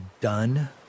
done